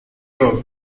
role